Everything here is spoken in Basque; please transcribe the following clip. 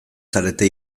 zarete